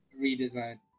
redesign